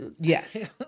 yes